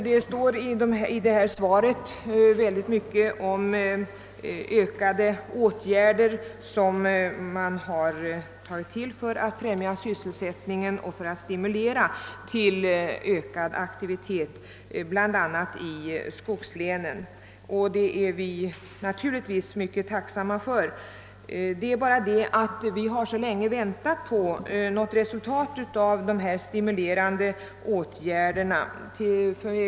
I sitt svar talar statsrådet mycket om de ökade satsningar som gjorts för att främja sysselsättningen och stimulera till ökad aktivitet i bl.a. skogslänen. De åtgärderna är vi naturligtvis mycket tacksamma för. Det är bara det att vi har fått vänta så länge förgäves på något resultat av dessa stimulerande åtgärder.